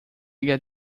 get